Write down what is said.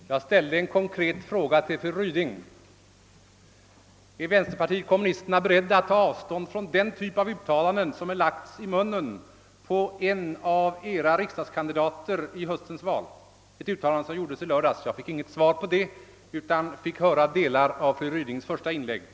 Herr talman! Jag ställde en konkret fråga till fru Ryding, nämligen: Är vänsterpartiet kommunisterna berett att ta avstånd från det uttalande som lagts i munnen på en av edra riksdagskandidater vid höstens val, ett uttalande som skulle ha gjorts i lördags? Jag erhöll inget svar på denna fråga, utan fick på nytt lyssna till delar av fru Rydings första inlägg.